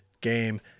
game